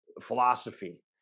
philosophy